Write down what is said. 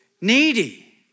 needy